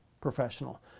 professional